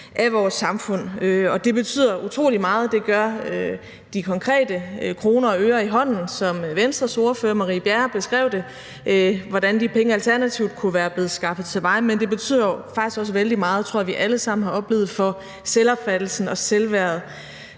af vores samfund. Det betyder utrolig meget; det gør de konkrete kroner og øre i hånden – og Venstres ordfører, fru Marie Bjerre, beskrev, hvordan de penge alternativt kunne være blevet skaffet til veje – men jeg tror, vi alle sammen har oplevet, at det faktisk også betyder